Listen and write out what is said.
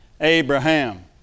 Abraham